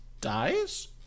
Dies